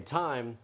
time